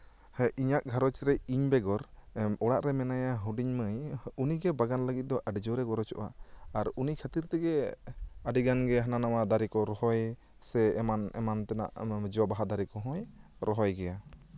ᱦᱮᱸ ᱤᱧᱟᱹᱜ ᱜᱷᱟᱨᱚᱸᱡᱽ ᱨᱮ ᱤᱧ ᱵᱮᱜᱚᱨ ᱚᱲᱟᱜᱨᱮ ᱢᱮᱱᱟᱭᱟ ᱦᱩᱰᱤᱧ ᱢᱟᱹᱭ ᱩᱱᱤᱜᱮ ᱵᱟᱜᱟᱱ ᱞᱟᱹᱜᱤᱫ ᱫᱚ ᱟᱹᱰᱤᱜᱮᱭ ᱜᱚᱨᱚᱡᱚᱜᱼᱟ ᱟᱨ ᱩᱱᱤ ᱠᱷᱟᱹᱛᱤᱨ ᱛᱮᱜᱮ ᱟᱹᱰᱤ ᱜᱟᱱ ᱜᱮ ᱦᱟᱱᱟ ᱱᱚᱣᱟ ᱫᱟᱨᱮ ᱠᱚ ᱨᱚᱦᱚᱭ ᱥᱮ ᱮᱢᱟᱱ ᱮᱢᱟᱱ ᱛᱮᱱᱟᱜ ᱡᱚ ᱵᱟᱦᱟ ᱫᱟᱨᱮ ᱠᱚᱦᱚᱸᱭ ᱨᱚᱦᱚᱭ ᱜᱮᱭᱟ